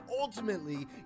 ultimately